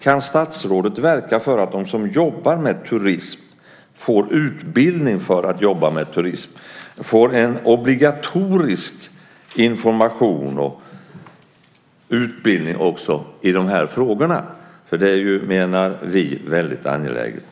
Kan statsrådet verka för att de som jobbar med turism får utbildning, det vill säga får en obligatorisk information och utbildning i dessa frågor? Det är angeläget, menar vi.